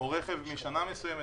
רכב משנה מסוימת.